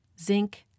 zinc